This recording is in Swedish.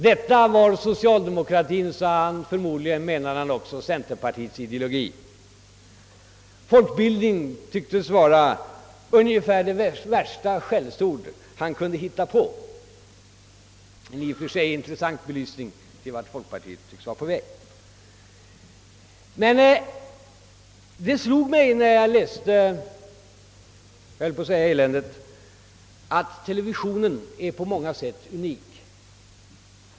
Detta var socialdemokratiens, sade han — och förmodligen menade han också centerpartiets — ideologi. Folkbildning tycktes vara ungefär det värsta skällsord han kunde hitta på — en i och för sig intressant belysning till vart folkpartiet synes vara på väg. Det slog mig när jag läste — jag höll på att säga — eländet, att televisionen på många sätt är unik.